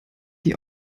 die